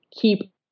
keep